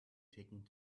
taking